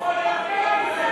הוא לא נותן לי לגמור.